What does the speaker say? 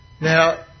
Now